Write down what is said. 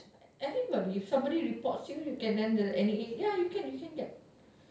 everybody if somebody reports you can end the N_E_A ya you can you can get